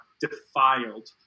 defiled